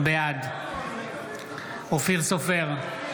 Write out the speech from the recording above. בעד אופיר סופר,